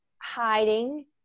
hiding